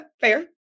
fair